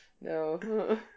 No